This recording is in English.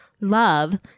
Love